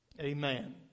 Amen